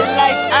life